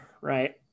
right